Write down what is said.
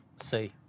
See